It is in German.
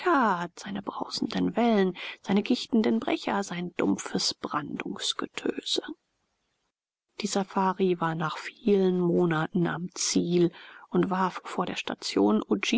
hat seine brausenden wellen seine gischtenden brecher sein dumpfes brandungsgetöse die safari war nach vielen monaten am ziel und warf vor der station